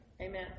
Amen